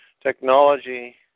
Technology